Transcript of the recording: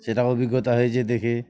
সেটা অভিজ্ঞতা হয়েছে দেখে